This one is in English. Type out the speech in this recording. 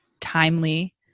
timely